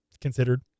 considered